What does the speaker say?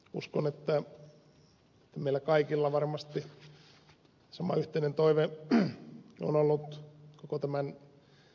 uskon että meillä kaikilla varmasti sama yhteinen toive on ollut koko tämän prosessin ajan